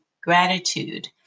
Gratitude